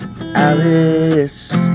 Alice